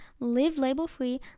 livelabelfree